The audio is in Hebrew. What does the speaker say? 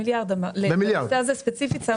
מיליארד בנושא הזה ספציפית.